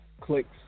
clicks